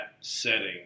setting